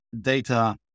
data